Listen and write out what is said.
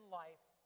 life